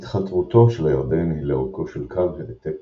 התחתרותו של הירדן היא לאורכו של קו העתק